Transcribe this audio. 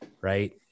Right